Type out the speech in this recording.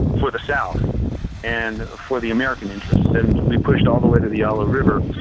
for the south and for the american interests. and we pushed all the way to the yalu river,